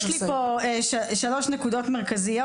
יש לי פה שלוש נקודות מרכזיות.